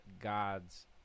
God's